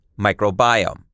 microbiome